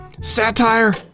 satire